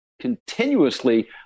continuously